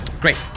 Great